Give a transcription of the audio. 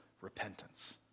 repentance